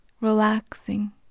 relaxing